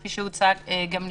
כפי שהוצג גם קודם,